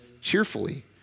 cheerfully